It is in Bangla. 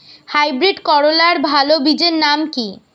হাইব্রিড করলার ভালো বীজের নাম কি?